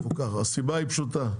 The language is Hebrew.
הסיבה היא פשוטה,